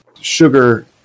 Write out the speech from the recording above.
sugar